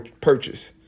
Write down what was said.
purchase